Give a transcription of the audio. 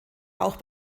auch